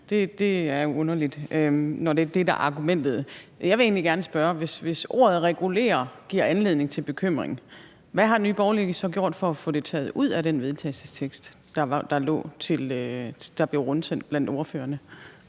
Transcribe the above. Det er jo underligt, når det er det, der er argumentet. Jeg vil egentlig gerne spørge: Hvis ordet regulere giver anledning til bekymring, hvad har Nye Borgerlige så gjort for at få det taget ud af det forslag til vedtagelse, der blev rundsendt blandt ordførerne?